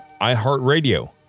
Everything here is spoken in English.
iHeartRadio